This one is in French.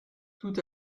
tout